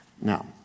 Now